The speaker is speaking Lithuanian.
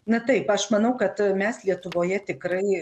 na taip aš manau kad mes lietuvoje tikrai